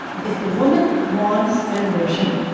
if the woman wants an abortion,